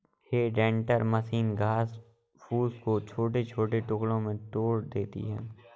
हे tender machine घास फूस को छोटे छोटे टुकड़ों में तोड़ देती है